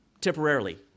temporarily